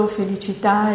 felicità